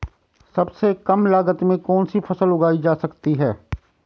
सबसे कम लागत में कौन सी फसल उगाई जा सकती है